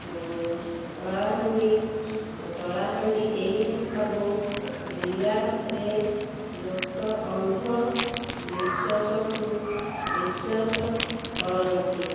କଳାହାଣ୍ଡି କଳାହାଣ୍ଡି ଏହିସବୁ ଜିଲ୍ଲାରେ ଲୋକ ଅନ୍ଧ ବିଶ୍ୱାସକୁ ବିଶ୍ୱାସ କରନ୍ତି